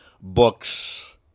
books